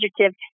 adjective